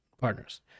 partners